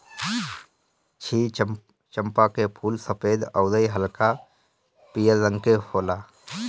क्षीर चंपा के फूल सफ़ेद अउरी हल्का पियर रंग के होला